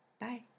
Bye